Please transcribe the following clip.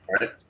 right